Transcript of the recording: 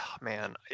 man